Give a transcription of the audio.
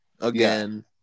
again